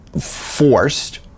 forced